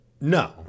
No